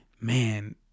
man